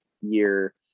year